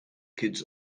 kids